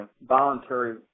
voluntary